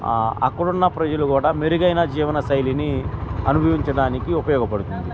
అక్కడున్న ప్రజలు కూడా మెరుగైన జీవనశైలిని అనుభవించడానికి ఉపయోగపడుతుంది